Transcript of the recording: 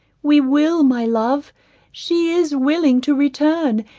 we will, my love she is willing to return,